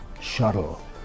shuttle